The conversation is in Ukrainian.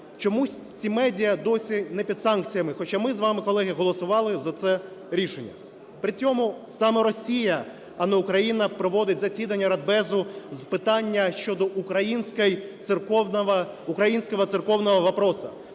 чомусь ці медіа досі не під санкціями, хоча ми з вами, колеги, голосували за це рішення. При цьому саме Росія, а не Україна проводить засідання Радбезу з питання щодо украинского церковного вопроса.